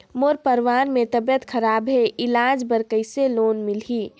मोर परवार मे तबियत खराब हे इलाज बर कइसे लोन मिलही?